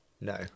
no